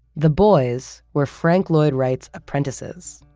the boys were frank lloyd wright's apprentices.